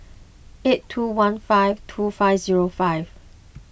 eight two one five two five zero five